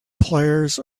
players